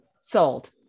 sold